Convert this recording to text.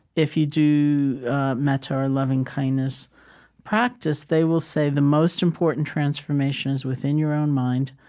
if you do metta or lovingkindness practice, they will say the most important transformation is within your own mind,